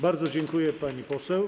Bardzo dziękuję, pani poseł.